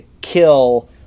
kill